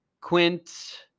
Quint